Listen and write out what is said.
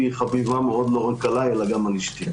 היא חביבה מאוד לא רק על עליי אלא גם על אשתי.